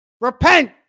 Repent